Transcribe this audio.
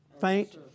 faint